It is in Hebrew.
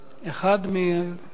חוק הרשויות המקומיות (מימון בחירות)